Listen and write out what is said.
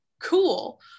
Cool